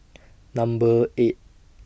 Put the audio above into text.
Number eight